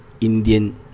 indian